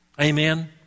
Amen